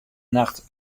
nacht